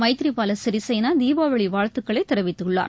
Maithripala Sirisena தீபாவளிவாழ்த்துக்களைதெரிவித்துள்ளார்